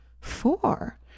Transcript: four